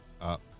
up